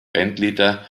bandleader